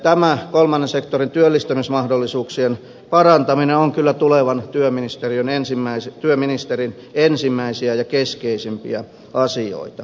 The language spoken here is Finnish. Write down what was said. tämä kolmannen sektorin työllistämismahdollisuuksien parantaminen on kyllä tulevan työministerin ensimmäisiä ja keskeisimpiä asioita